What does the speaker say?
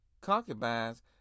Concubines